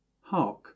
Hark